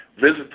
Visit